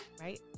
right